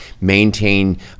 maintain